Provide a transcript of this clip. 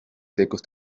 secos